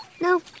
No